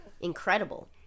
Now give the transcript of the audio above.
incredible